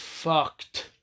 Fucked